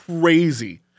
crazy